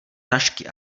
tašky